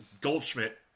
Goldschmidt